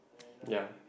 ya